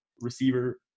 receiver